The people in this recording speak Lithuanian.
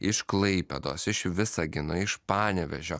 iš klaipėdos iš visagino iš panevėžio